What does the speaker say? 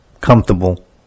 comfortable